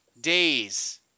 days